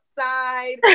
outside